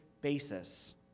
basis